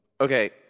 Okay